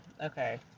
Okay